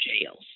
jails